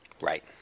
Right